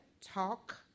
talk